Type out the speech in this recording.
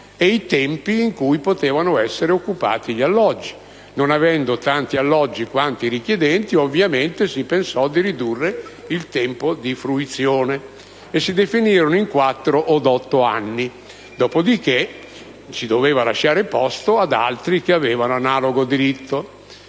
e i tempi in cui potevano essere occupati. Non avendo tanti alloggi quanti i richiedenti, ovviamente si pensò di ridurre i tempi di fruizione e si definirono in quattro o otto anni, dopo di che si doveva lasciare posto ad altri che avevano analogo diritto.